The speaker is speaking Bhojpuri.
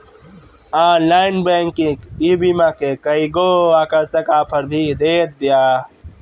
ऑनलाइन बैंकिंग ईबीमा के कईगो आकर्षक आफर भी देत बिया